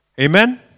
Amen